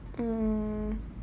mm